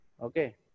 Okay